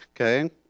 okay